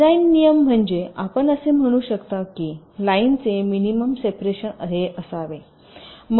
design नियम म्हणजे आपण असे म्हणू शकता की लाइनचे मिनिमम सेपरेशन हे असावे